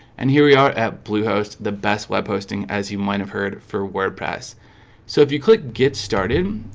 and here we are at bluehost the best web hosting as you might have heard for wordpress so if you click get started,